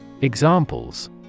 Examples